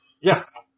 Yes